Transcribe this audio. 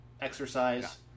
exercise